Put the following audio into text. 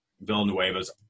Villanueva's